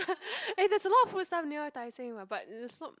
eh there's a lot food stuff near Tai Seng what but it's not